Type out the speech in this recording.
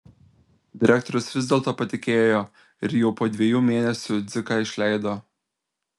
direktorius vis dėl to patikėjo ir jau po dviejų mėnesių dziką išleido